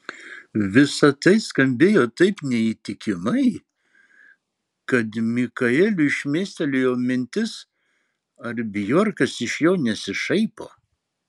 visa tai skambėjo taip neįtikimai kad mikaeliui šmėstelėjo mintis ar bjorkas iš jo nesišaipo